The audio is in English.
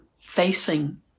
facing